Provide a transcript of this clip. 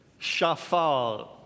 shafal